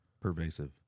pervasive